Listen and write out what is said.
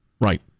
Right